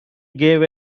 gave